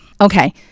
okay